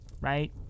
right